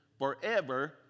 forever